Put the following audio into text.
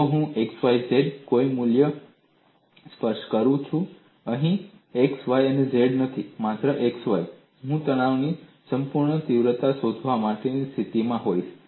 જો હું x y z નું કોઈ મૂલ્ય સ્પષ્ટ કરું છું અહીં x y z નથી માત્ર x y હું તણાવની સંપૂર્ણ તીવ્રતા શોધવા માટે સ્થિતિમાં હોઈશ